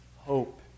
hope